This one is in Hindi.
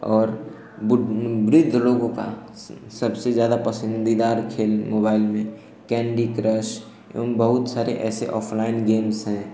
और बुढ वृद्ध लोगों का सबसे ज़्यादा पसन्दीदा खेल मोबाइल में कैन्डी क्रश एवं बहुत सारे ऐसे ऑफ़लाइन गेम्स हैं